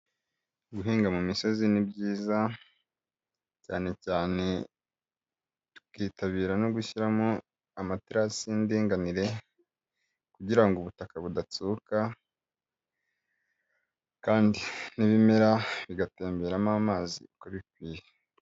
Guhinga mu misozi ni byiza, cyane cyane tukitabira no gushyiramo amaterasi y'indinganire, kugira ngo ubutaka budatsuka, kandi n'ibimera bigatemberamo amazi uko bikwiye.